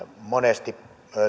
monesti